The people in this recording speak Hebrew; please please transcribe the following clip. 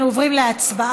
אנחנו עוברים להצבעה.